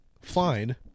Fine